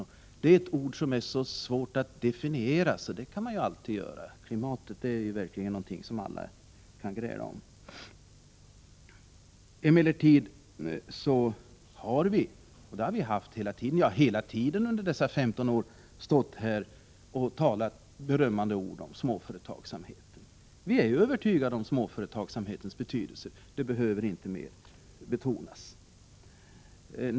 Detta är ett ord som är så svårt att definiera. Klimatet är verkligen någonting som alla kan gräla om. Emellertid har vi hela tiden under dessa 15 år talat berömmande ord om småföretagsamheten. Vi är övertygade om småföretagens betydelse. Den behöver inte betonas mer.